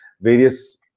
various